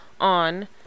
on